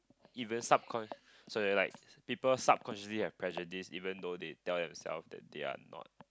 if you subcon~ sorry like people subconsciously have prejudice even though they tell them self that they are not